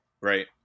right